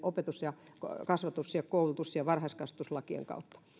opetus kasvatus koulutus ja varhaiskasvatuslakien kautta